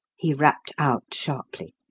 he rapped out sharply.